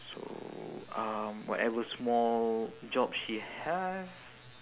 so um whatever small jobs she has